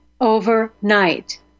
overnight